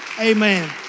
Amen